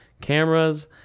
cameras